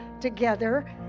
together